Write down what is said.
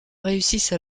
réussissent